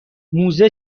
موزه